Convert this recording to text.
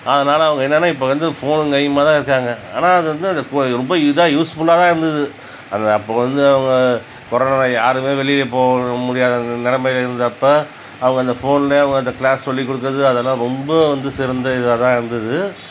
அதனால அவங்க என்னனா இப்போ வந்து ஃபோனும் கையுமாகதான் இருக்காங்க ஆனால் அதுவந்து இப்போ ரொம்ப இதாக யூஸ்ஃபுலாகதான் இருந்தது அதை அப்போ வந்து அவங்க கொரானாவில யாருமே வெளில போக முடியாத நிலைமையில் இருந்தப்போ அவங்க அந்த ஃபோனில் அந்த கிளாஸ் சொல்லிக்கொடுக்கிறது அதெலாம் ரொம்ப வந்து சிறந்த இதாகதான் இருந்தது